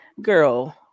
girl